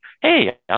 Hey